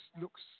looks